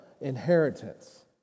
inheritance